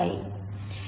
1 ಆಗಿದೆ